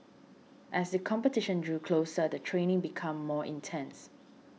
as the competition drew closer the training became more intense